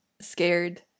scared